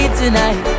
tonight